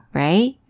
right